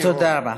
תודה רבה.